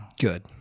Good